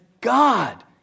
God